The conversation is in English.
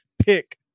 pick